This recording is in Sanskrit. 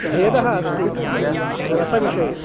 भेदः अस्ति रसविषये